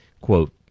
quote